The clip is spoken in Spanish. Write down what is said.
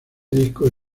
disco